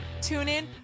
TuneIn